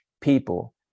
people